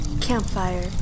Campfire